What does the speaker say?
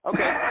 Okay